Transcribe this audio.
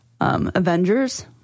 Avengers